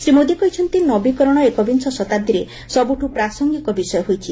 ଶ୍ରୀ ମୋଦି କହିଛନ୍ତି ନବୀକରଣ ଏକବିଂଶ ଶତାବ୍ଦୀରେ ସବୁଠୁ ପ୍ରାସଙ୍ଗିକ ବିଷୟ ହୋଇଛି